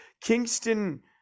Kingston